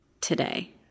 today